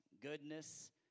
goodness